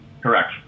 Correct